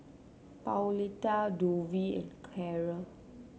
Pauletta Dovie and Karol